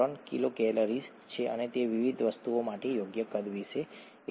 ૩ kilocalories છે અને તે વિવિધ વસ્તુઓ માટે યોગ્ય કદ વિશે છે